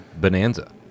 bonanza